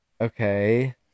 Okay